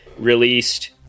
Released